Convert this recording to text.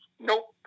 nope